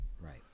Right